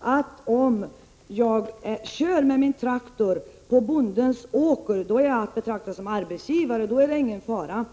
att om man kör med sin traktor på bondens åker är man att betrakta som arbetsgivare. Då är det ingen fara.